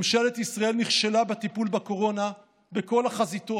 ממשלת ישראל נכשלה בטיפול בקורונה בכל החזיתות: